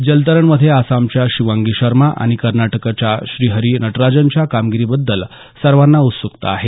जलतरणामध्ये आसामच्या शिवांगी शर्मा आणि कर्नाटकच्या श्रीहरि नटराजनच्या कामगिरीबद्दल सर्वांना उत्स्कता आहे